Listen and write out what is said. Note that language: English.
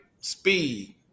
speed